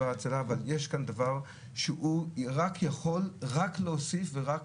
אבל יש כאן דבר שהוא רק יכול להוסיף ורק